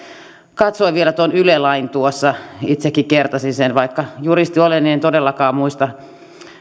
katsoin vielä tuon yle lain tuossa itsekin kertasin sen vaikka juristi olen niin en todellakaan muista